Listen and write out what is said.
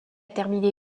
terminé